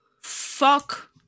fuck